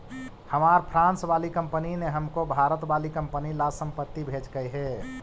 हमार फ्रांस वाली कंपनी ने हमको भारत वाली कंपनी ला संपत्ति भेजकई हे